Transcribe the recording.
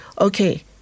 okay